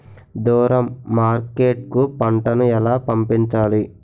దూరం మార్కెట్ కు పంట ను ఎలా పంపించాలి?